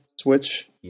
Switch